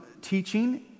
teaching